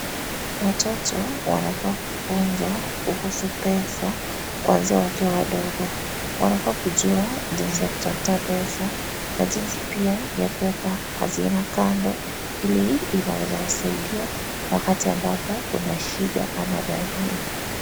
Watoto wanafaa kufunzwa kuhusu pesa kuanzia wakiwa wadogo. Wanafaa kujua jinsi ya kutafuta pesa na jinsi pia ya kueka hazina kando ili inaweza wasaidia wakati ambapo kuna shida ama dharura.